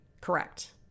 correct